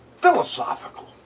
philosophical